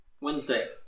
Wednesday